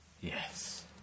yes